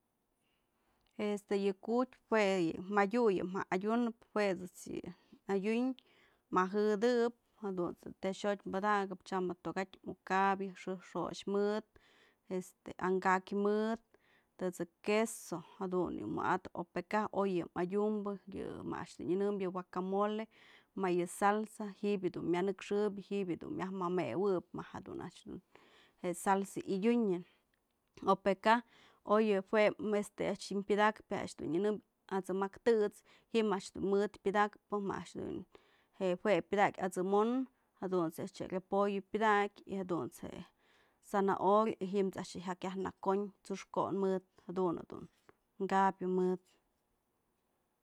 Este yë ku'utpyë jue yë madyu yë mja adyünëp, jue ëjt's yë adyun, majëtëp jadunt's tëxotyë padakap, tyam tokatyë muk kapyë xë'ëjk xo'ox mëd este an ka'akyë mëd, tët'së jë queso jadun yë wa'atëp, pakaj oy yë mëdyumbë yë mejk a'ax dun nyënëmbyë huacamole, yë salsa ji'ib dun myënëkxëbyë y ji'i dun myajmëwëb ma jedun a'ax je'e salsa yadyunën o pë kaj oy yë jue, este yë a'ax ji'im pyëdakpyë yë a'ax dun nyënënbyë at'sëm ak tët's, ji'im a'ax dun mëd pyëdakpë më a'ax dun jue pyëdakyë at'sëm on, jadunt's a'ax je repollo pyadakë, jadunt's je zanahoria y jadunt's je jyak yajnëkonyë t'suxkë ko'on mëd, jadun dun kabyë mëd.